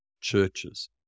churches